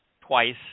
twice